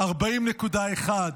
40.1,